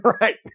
Right